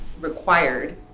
required